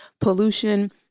Pollution